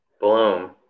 Bloom